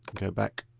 go back.